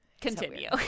Continue